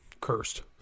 cursed